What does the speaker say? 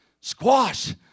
squash